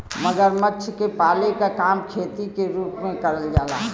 मगरमच्छ के पाले क काम खेती के रूप में करल जाला